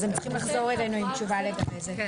הם יחזרו אלינו עם תשובה על זה.